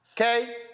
okay